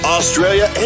Australia